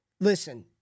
listen